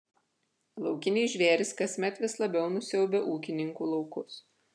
laukiniai žvėrys kasmet vis labiau nusiaubia ūkininkų laukus